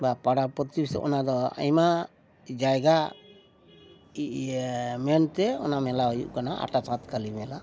ᱵᱟ ᱯᱟᱲᱟ ᱯᱨᱚᱛᱤᱵᱮᱥᱤ ᱚᱱᱟ ᱫᱚ ᱟᱭᱢᱟ ᱡᱟᱭᱜᱟ ᱤᱭᱟᱹ ᱢᱮᱱᱛᱮ ᱚᱱᱟ ᱢᱮᱞᱟ ᱦᱩᱭᱩᱜ ᱠᱟᱱᱟ ᱟᱴᱟ ᱥᱟᱛᱠᱟᱹᱞᱤ ᱢᱮᱞᱟ